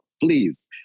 Please